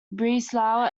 breslau